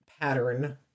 pattern